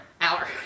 Hour